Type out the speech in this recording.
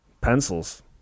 Pencils